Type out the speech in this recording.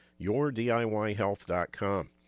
yourdiyhealth.com